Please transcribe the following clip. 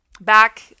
Back